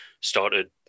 started